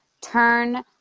turn